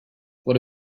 what